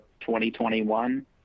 2021